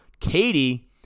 katie